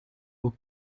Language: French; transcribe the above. aux